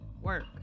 Work